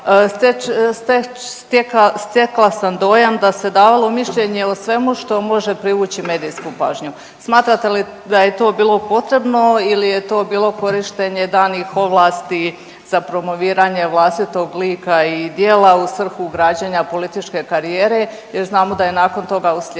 Stekla sam dojam da se davalo mišljenje o svemu što može privući medijsku pažnju. Smatrate li da je to bilo potrebno ili je to bilo korištenje danih ovlasti za promoviranje vlastitog lika i djela u svrhu građenja političke karijere jer znamo da je nakon toga uslijedila